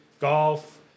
golf